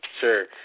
Sure